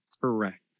Correct